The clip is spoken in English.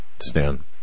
Stan